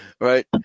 Right